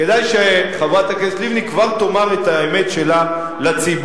כדאי שחברת הכנסת לבני כבר תאמר את האמת שלה לציבור.